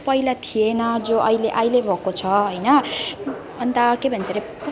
पहिला थिएन जो अहिले अहिले भएको छ होइन अन्त के भन्छ अरे